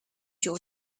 your